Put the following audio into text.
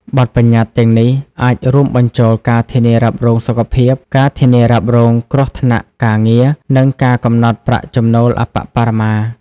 បទប្បញ្ញត្តិទាំងនេះអាចរួមបញ្ចូលការធានារ៉ាប់រងសុខភាព ការធានារ៉ាប់រងគ្រោះថ្នាក់ការងារ និងការកំណត់ប្រាក់ចំណូលអប្បបរមា។